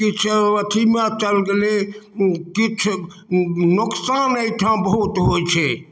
किछ अथीमे चल गेलै किछु नोकसान अइठाम बहुत होइ छै